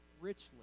richly